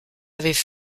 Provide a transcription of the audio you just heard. avaient